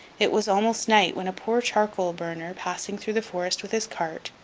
it was almost night, when a poor charcoal-burner, passing through the forest with his cart,